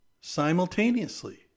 simultaneously